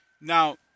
Now